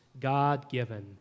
God-given